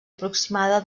aproximada